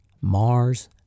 Mars